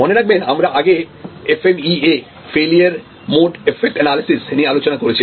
মনে রাখবেন আমরা আগে FMEA failure mode effect analysis নিয়ে আলোচনা করেছিলাম